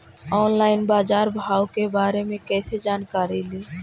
Online बाजार भाव के बारे मे कैसे जानकारी ली?